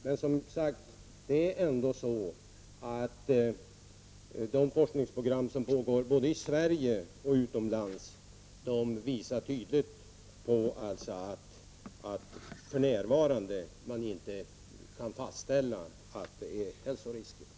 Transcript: Men de forskningsprogram som pågår både i Sverige och utomlands visar ändå tydligt att man för närvarande inte kan fastställa att det föreligger några hälsorisker.